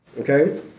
Okay